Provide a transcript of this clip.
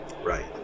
Right